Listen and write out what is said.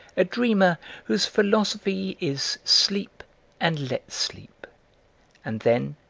a dreamer whose philosophy is sleep and let sleep and then,